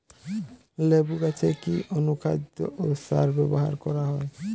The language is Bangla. লেবু গাছে কি অনুখাদ্য ও সার ব্যবহার করা হয়?